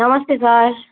नमस्ते सर